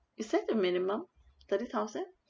is that the minimum thirty thousand